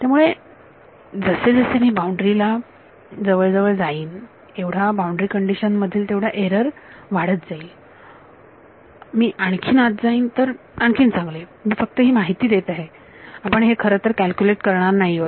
त्यामुळे जसे जसे मी बाउंड्री ला जवळजवळ जाईन एवढा बाउंड्री कंडिशन मधील एरर वाढत जाईल मी आणखीन आत जाईन तर आणखीन चांगले मी फक्त ही माहिती देत आहे आपण हे खरतर कॅल्क्युलेट करणार नाही आहोत